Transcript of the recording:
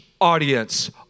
audience